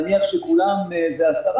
נניח שכולם זה 10,